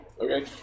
Okay